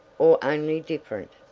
or only different?